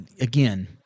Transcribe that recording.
again